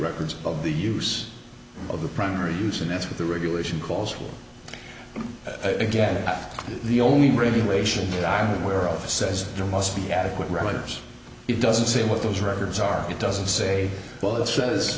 records of the use of the primary use and that's what the regulation calls for again the only regulation that i'm aware of says there must be adequate writers it doesn't say what those records are it doesn't say well it says